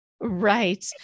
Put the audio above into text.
Right